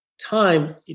time